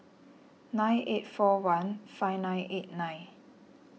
nine eight four one five nine eight nine